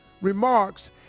remarks